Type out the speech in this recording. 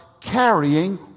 carrying